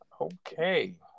Okay